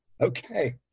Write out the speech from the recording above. Okay